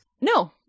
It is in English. No